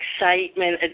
excitement